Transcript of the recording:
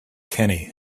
kenny